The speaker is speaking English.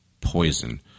poison